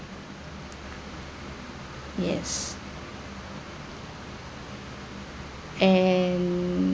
yes and